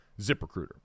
ZipRecruiter